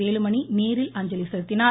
வேலுமணி நேரில் அஞ்சலி செலுத்தினார்